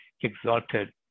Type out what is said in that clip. exalted